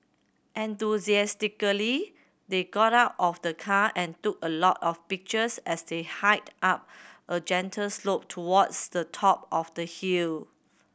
enthusiastically they got out of the car and took a lot of pictures as they hiked up a gentle slope towards the top of the hill